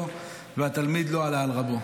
כאן, והתלמיד לא עלה על רבו.